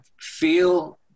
feel